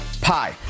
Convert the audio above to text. pie